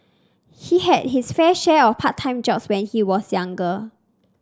he had his fair share of part time jobs when he was younger